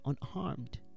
unharmed